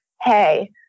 Hey